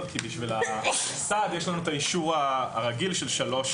כי בשביל המוסד יש לנו את האישור הרגיל של 3(ב).